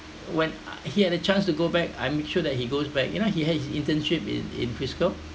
when he had a chance to go back I'm sure that he goes back you know he has internship in in frisco